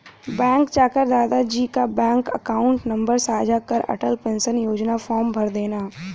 bank जाकर दादा जी का बैंक अकाउंट नंबर साझा कर अटल पेंशन योजना फॉर्म भरदेना